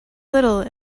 little